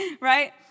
Right